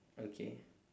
okay